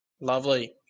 Lovely